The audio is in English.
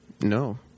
No